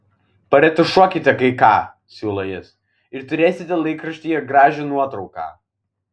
paretušuokite kai ką siūlo jis ir turėsite laikraštyje gražią nuotrauką